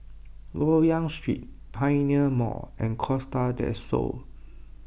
Loyang Street Pioneer Mall and Costa del Sol